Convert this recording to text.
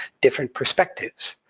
different perspectives,